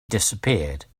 disappeared